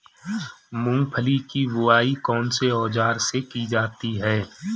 मूंगफली की बुआई कौनसे औज़ार से की जाती है?